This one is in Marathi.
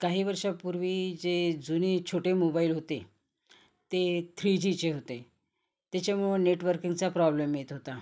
काही वर्षापूर्वी जे जुनी छोटे मोबाईल होते ते थ्री जीचे होते त्याच्यामुळं नेटवर्किंगचा प्रॉब्लेम येत होता